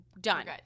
Done